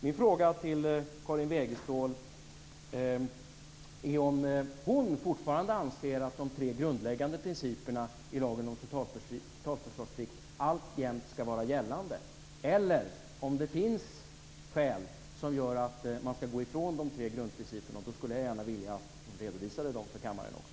Min fråga till Karin Wegestål är om hon fortfarande anser att de tre grundläggande principerna i lagen om totalförsvarsplikt alltjämt skall vara gällande eller om det finns skäl som gör att man skall gå ifrån de tre grundprinciperna, och då skulle jag gärna vilja att hon redovisade dem för kammaren också.